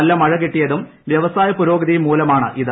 നല്ല മഴകിട്ടിയതും വൃവ്യസായ പുരോഗതിയും മൂലമാണിത്